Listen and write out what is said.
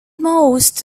most